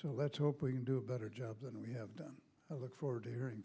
so let's hope we can do a better job than we have done i look forward to hearing